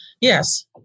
Yes